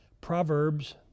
Proverbs